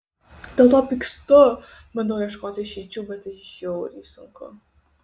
dėl to pykstu bandau ieškoti išeičių bet tai žiauriai sunku